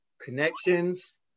connections